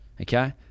Okay